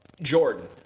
Jordan